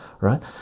Right